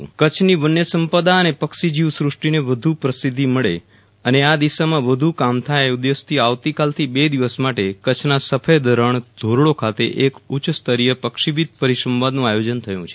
વિરલ રાણા પક્ષી પરિસંવાદ કચ્છની વન્ય સંપદા અને પક્ષીજીવ સૃષ્ટિને વધુ પ્રસિધ્ધી મળે અને આ દિશામાં વધુ કામ થાય એ ઉદેશ થી આવતી કાલી બે દિવસ માટે કચ્છના સફેદ રણ ધોરડો ખાતે એક ઉચ્ય સ્તરીય પક્ષીવિદ પરિસંવાદનું આયોજન થયુ છે